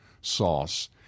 sauce